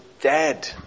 dead